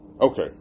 Okay